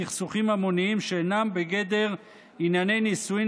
בסכסוכים המוניים שאינם בגדר ענייני נישואין